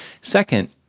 Second